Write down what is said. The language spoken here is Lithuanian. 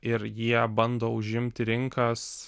ir jie bando užimti rinkas